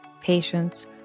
patience